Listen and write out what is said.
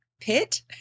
Pit